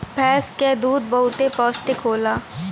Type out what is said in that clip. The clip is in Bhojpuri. भैंस क दूध बहुते पौष्टिक होला